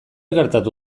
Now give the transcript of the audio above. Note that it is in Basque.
gertatu